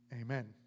Amen